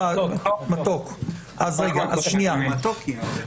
חבר הכנסת יברקן ביקש